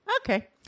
Okay